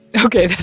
ok,